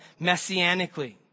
messianically